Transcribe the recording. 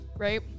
Right